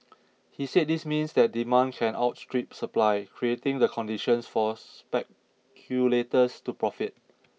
he said this means that demand can outstrip supply creating the conditions for speculators to profit